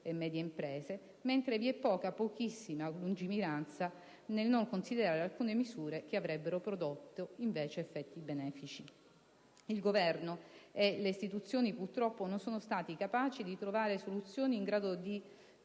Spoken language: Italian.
e medie imprese. Vi è poca, anzi pochissima lungimiranza nel non considerare alcune misure che avrebbero invece prodotto effetti benefici. Il Governo e le istituzioni, purtroppo, non sono stati capaci di trovare soluzioni in grado di